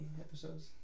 episodes